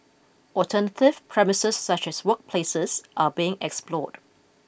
alternative premises such as workplaces are being explored